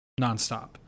nonstop